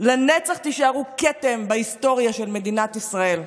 לנצח תישארו כתם בהיסטוריה של מדינת ישראל.